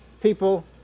people